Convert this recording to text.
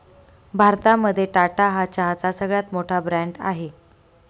भारतामध्ये टाटा हा चहाचा सगळ्यात मोठा ब्रँड आहे